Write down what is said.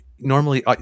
Normally